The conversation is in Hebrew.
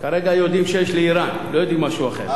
כרגע יודעים שיש לאירן, לא יודעים שיש משהו אחר.